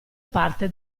parte